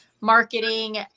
marketing